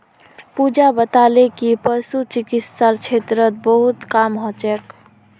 पूजा बताले कि पशु चिकित्सार क्षेत्रत बहुत काम हल छेक